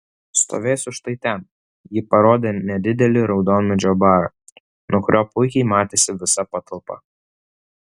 stovėsiu štai ten ji parodė nedidelį raudonmedžio barą nuo kurio puikiai matėsi visa patalpa